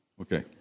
okay